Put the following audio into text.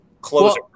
Closer